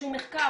שום מחקר.